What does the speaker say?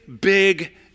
big